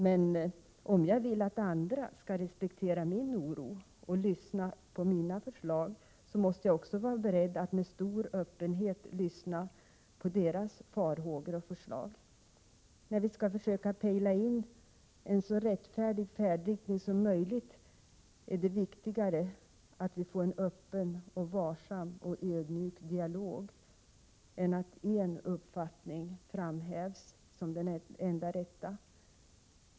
Men om jag vill att andra skall respektera min oro och lyssna på mina förslag måste också jag vara beredd att med stor öppenhet lyssna på deras farhågor och förslag. När vi skall försöka pejla in en så rättfärdig färdriktning som möjligt är det viktigare att vi får en öppen, varsam och ödmjuk dialog än att en uppfattning framhävs som den enda rätta.